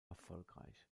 erfolgreich